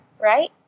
right